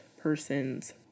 person's